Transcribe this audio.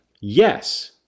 Yes